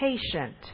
patient